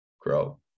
grow